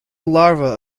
larva